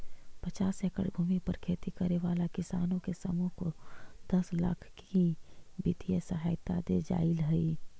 पचास एकड़ भूमि पर खेती करे वाला किसानों के समूह को दस लाख की वित्तीय सहायता दे जाईल हई